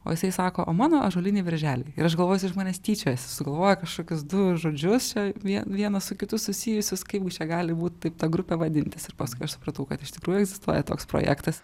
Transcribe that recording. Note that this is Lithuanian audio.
o jisai sako o mano ąžuoliniai berželiai ir aš galvoju jisai iš manęs tyčiojasi sugalvojo kašokius du žodžius čia vie vienas su kitu susijusius kaip gi čia gali būt taip ta grupė vadintis ir paskui aš supratau kad iš tikrųjų egzistuoja toks projektas